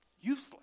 useless